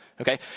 Okay